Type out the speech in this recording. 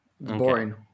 Boring